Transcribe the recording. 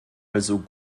also